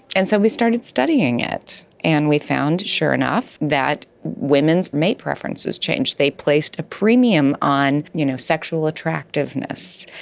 and so we started studying it and we found, sure enough, that women's mate preferences changed, they placed a premium on you know sexual attractiveness,